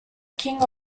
king